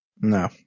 No